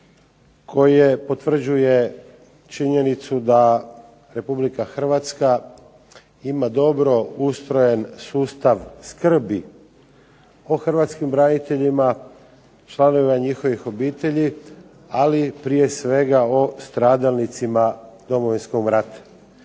koje potvrđuje činjenicu da Republika Hrvatska ima dobro ustrojen sustav skrbi o Hrvatskim braniteljima, članovima njihovih obitelji ali prije svega o stradalnicima Domovinskog rata.